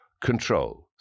Control